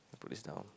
I put this down